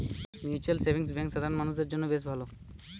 mutual savings bank সাধারণ মানুষদের জন্য বেশ ভালো